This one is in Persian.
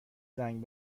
زنگ